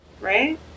Right